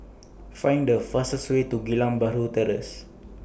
Find The fastest Way to Geylang Bahru Terrace